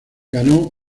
ganó